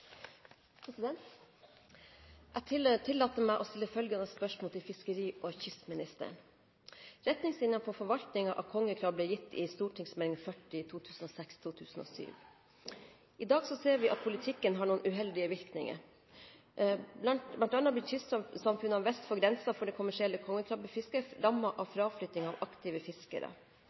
av. Jeg tillater meg å stille følgende spørsmål til fiskeri- og kystministeren: «Retningslinjene for forvaltningen av kongekrabbe ble gitt i St.meld. nr. 40 . I dag ser vi at politikken har noen uheldige virkninger, bl.a. blir kystsamfunnene vest for grensen for det kommersielle kongekrabbefisket rammet av fraflytting av aktive fiskere.